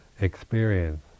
experience